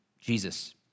Jesus